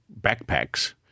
backpacks